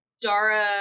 Dara